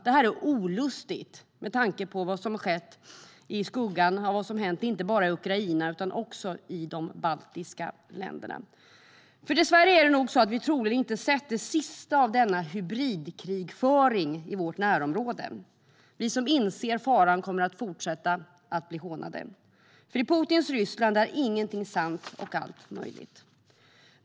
Detta är olustigt med tanke på vad som har skett i skuggan och vad som har hänt inte bara i Ukraina utan också i de baltiska länderna. Det är nämligen dessvärre så att vi troligen inte har sett det sista av denna hybridkrigföring i vårt närområde. Vi som inser faran kommer att fortsätta bli hånade, för i Putins Ryssland är ingenting sant och allt möjligt.